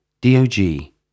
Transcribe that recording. D-O-G